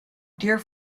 dear